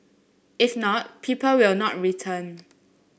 if not people will not return